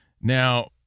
Now –